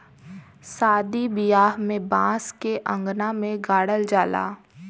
सादी बियाह में बांस के अंगना में गाड़ल जाला